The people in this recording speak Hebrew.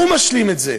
הוא משלים את זה.